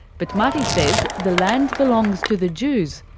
but mati says the land belongs to the jews,